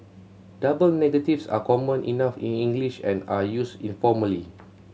double negatives are common enough in English and are used informally